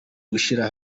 gushyira